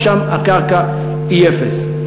כי שם הקרקע היא אפס.